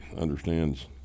understands